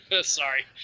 Sorry